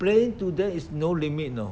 playing today is no limit you know